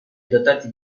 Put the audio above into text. dotati